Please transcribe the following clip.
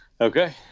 Okay